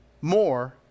more